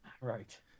right